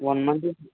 one month